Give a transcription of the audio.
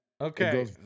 Okay